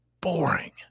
boring